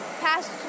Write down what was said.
past